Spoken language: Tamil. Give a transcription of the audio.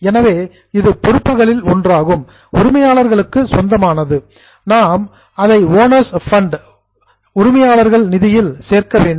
எனவே இது பொறுப்புகளில் ஒன்றாகும் உரிமையாளர்களுக்கு சொந்தமானது நாம் அதை ஓனர்ஸ் ஃபண்ட் உரிமையாளர்கள் நிதியில் சேர்க்க வேண்டும்